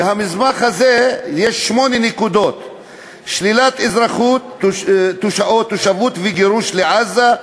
ובמסמך הזה יש שמונה נקודות: שלילת אזרחות או תושבות וגירוש לעזה,